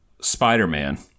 Spider-Man